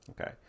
Okay